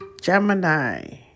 Gemini